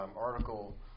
article